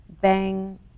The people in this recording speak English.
bang